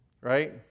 Right